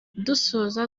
dusoza